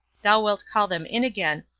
thou wilt call them in again,